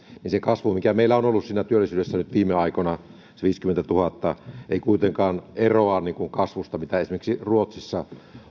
niin se kasvu mikä meillä on ollut työllisyydessä nyt viime aikoina se viisikymmentätuhatta ei kuitenkaan eroa siitä kasvusta mitä esimerkiksi ruotsissa